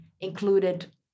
included